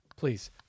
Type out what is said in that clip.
Please